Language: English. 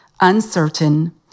uncertain